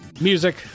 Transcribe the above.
music